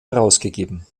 herausgegeben